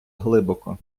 глибоко